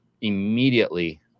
immediately